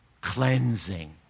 cleansing